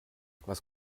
was